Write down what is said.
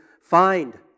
find